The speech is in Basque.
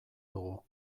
dugu